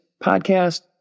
podcast